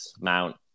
Mount